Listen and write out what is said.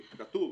שכתוב